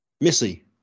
Missy